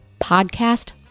podcast